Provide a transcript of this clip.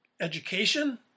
education